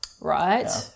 right